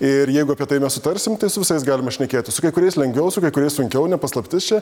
ir jeigu apie tai mes sutarsime tai su visais galime šnekėti su kai kuriais lengviau su kai kuriais sunkiau ne paslaptis čia